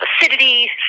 acidity